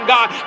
God